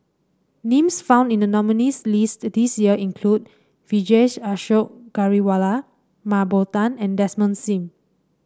names found in the nominees' list this year include Vijesh Ashok Ghariwala Mah Bow Tan and Desmond Sim